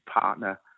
partner